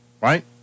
Right